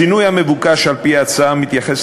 השינוי המבוקש על-פי ההצעה מתייחס,